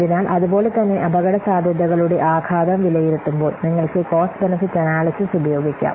അതിനാൽ അതുപോലെ തന്നെ അപകടസാധ്യതകളുടെ ആഘാതം വിലയിരുത്തുമ്പോൾ നിങ്ങൾക്ക് കോസ്റ്റ് ബെനിഫിറ്റ് അനാല്യ്സിസ് ഉപയോഗിക്കാം